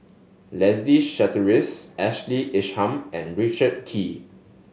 Leslie Charteris Ashley Isham and Richard Kee